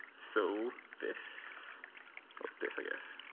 so, this this, i guess.